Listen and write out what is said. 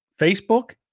Facebook